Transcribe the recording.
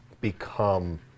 become